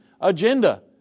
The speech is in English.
agenda